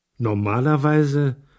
Normalerweise